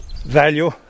value